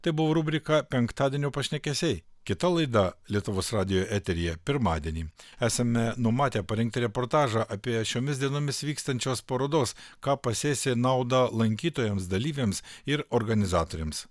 tai buvo rubrika penktadienio pašnekesiai kita laida lietuvos radijo eteryje pirmadienį esame numatę parengti reportažą apie šiomis dienomis vykstančios parodos ką pasėsi naudą lankytojams dalyviams ir organizatoriams